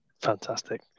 Fantastic